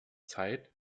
zeit